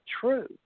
true